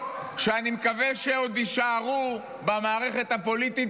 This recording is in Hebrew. שאני מקווה שעוד יישארו במערכת הפוליטית,